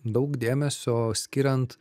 daug dėmesio skiriant